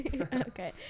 Okay